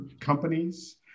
companies